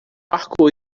arco